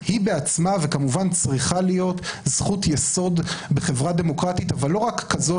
היא בעצמה וכמובן צריכה להיות זכות יסוד בחברה דמוקרטית אבל לא כזו